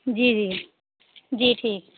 جی جی جی ٹھیک